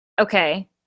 okay